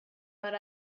but